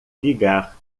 ligar